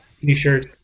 t-shirt